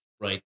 right